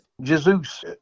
Jesus